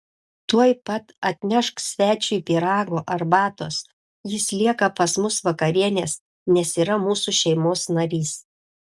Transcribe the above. tuoj pat atnešk svečiui pyrago arbatos jis lieka pas mus vakarienės nes yra mūsų šeimos narys